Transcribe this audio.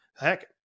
Heck